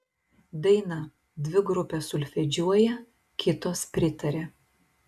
daina dvi grupės solfedžiuoja kitos pritaria